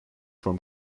from